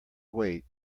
weight